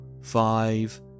five